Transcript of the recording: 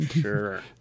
Sure